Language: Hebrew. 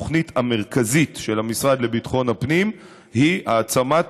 התוכנית המרכזית של המשרד לביטחון הפנים היא העצמת